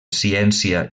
ciència